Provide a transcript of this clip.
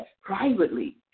privately